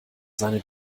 seine